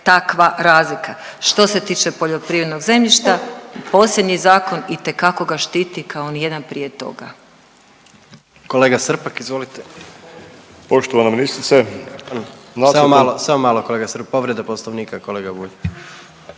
takva razlika. Što se tiče poljoprivrednog zemljišta posljednji zakon itekako ga štiti kao nijedan prije toga.